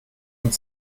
und